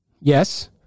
yes